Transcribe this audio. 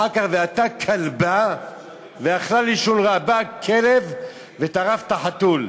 ואחר כך "ואתא כלבא ואכלה לשונרא" בא הכלב וטרף את החתול.